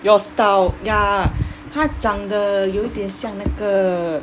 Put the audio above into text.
your style ya 他长得有点像那个